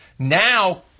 Now